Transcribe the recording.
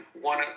one